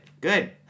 good